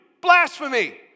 Blasphemy